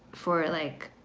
for like,